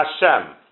Hashem